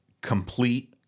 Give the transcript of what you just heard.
complete